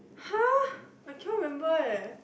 !huh! I cannot remember leh